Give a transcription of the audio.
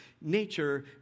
nature